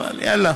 אבל יאללה,